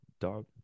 dog